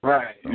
Right